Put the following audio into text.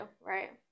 right